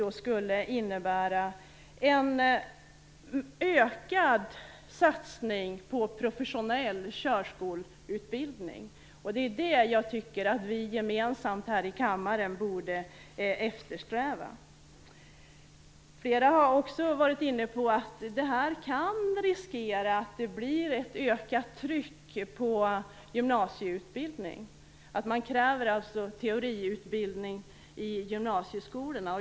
Det skulle innebära en ökad satsning på professionell körskoleutbildning. Jag tycker att vi gemensamt här i kammaren borde eftersträva det. Flera har också varit inne på att detta kan innebära att det blir ett ökat tryck på gymnasieutbildningen, dvs. att man kräver teoriutbildning i gymnasieskolorna.